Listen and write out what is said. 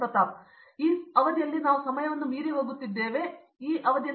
ಪ್ರತಾಪ್ ಹರಿಡೋಸ್ ಮತ್ತು ಎಲ್ಲರೂ ಅಲ್ಲ